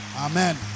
Amen